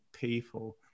people